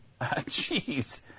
Jeez